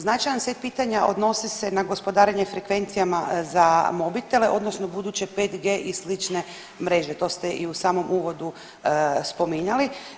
Značajan set pitanja odnosi se na gospodarenje frekvencijama za mobitele, odnosno buduće 5G i slične mreže, to ste i u samom uvodu spominjali.